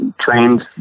trained